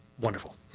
wonderful